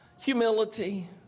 humility